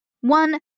One